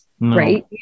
right